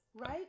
Right